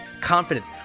confidence